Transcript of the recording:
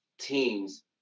teams